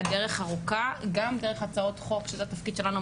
והדרך ארוכהג ם דרך הצעות חוק שזה התפקיד שלנו,